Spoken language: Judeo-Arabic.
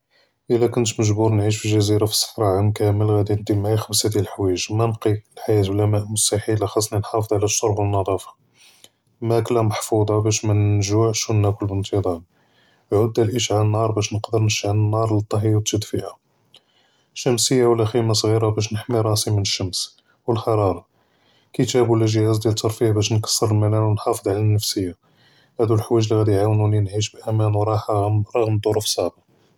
אלא כנת מג׳בור נעיש פי ג׳זירה פי צחרא עאם כאמל ראדי אנדי מעאיא ח׳מסה דיאל לחואיג׳ מא נקי, אלחיאת בלא מא מסתחילה ח׳סני נחאפד עלא שרב ונד׳אפה, מאכלא מח׳פואט׳ה באש מא נג׳ועש ונאכל באנת׳ט׳אם, עוד אשעל נאר באש נقدر נשעל נאר ונטהי ותדפאה, שמשיה ולא ח׳ימה סג׳ירה באש נחמי ראסי מן שמש ואלחרארא, כתאב ולא ג׳האז דיאל תרפיה באש נכסר אלמלל ונחאפד עלא נפסיה, האד׳ו חואיג׳ לי ראדי יעאונוני נעיש באמאן וראחה ר׳ע׳ם ד׳רוף אלצעיבה.